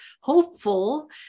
hopeful